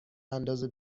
اندازه